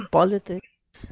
politics